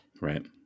Right